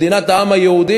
במדינת העם היהודי,